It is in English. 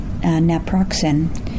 naproxen